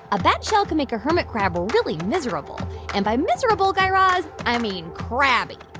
a bad shell can make a hermit crab really miserable and by miserable, guy raz, i mean crabby.